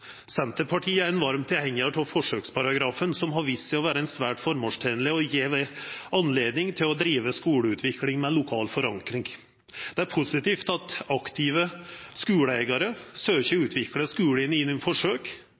Senterpartiet er en varm tilhenger av forsøksparagrafen, som har vist seg å være svært formålstjenlig og gitt anledning til å drive skoleutvikling med lokal forankring. Det er positivt at aktive skoleeiere søker å utvikle skolen gjennom forsøk. Imidlertid er det en stor forskjell på å drive forsøk